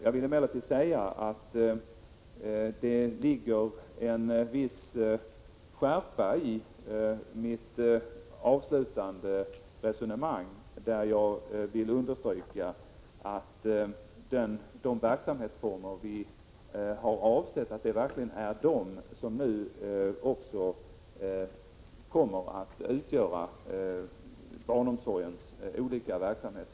Jag vill emellertid säga att det ligger en viss skärpa i mitt avslutande resonemang, där jag vill understryka kravet på att barnomsorgsverksamheten verkligen kommer att bedrivas i de olika former som vi har velat ha.